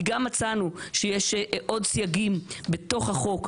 מצאנו גם שיש עוד סייגים בתוך החוק,